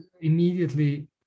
immediately